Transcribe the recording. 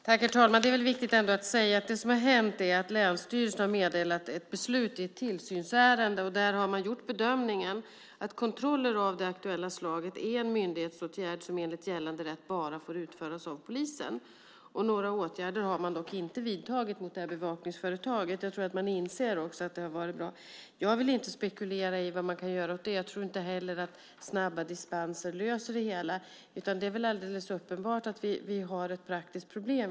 Herr talman! Det är viktigt att säga att det som har hänt är att länsstyrelsen har meddelat ett beslut i ett tillsynsärende. Där har man gjort bedömningen att kontroller av det aktuella slaget är en myndighetsåtgärd som bara får utföras av polisen. Några åtgärder har man dock inte vidtagit mot bevakningsföretaget. Jag tror att man också inser att det har varit bra. Jag vill inte spekulera i vad man kan göra åt det. Jag tror inte heller att snabba dispenser löser det hela. Det är alldeles uppenbart att vi har ett praktiskt problem.